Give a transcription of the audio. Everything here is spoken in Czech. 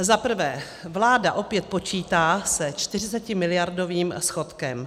Za prvé, vláda opět počítá se 40miliardovým schodkem.